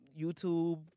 YouTube